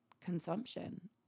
consumption